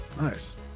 nice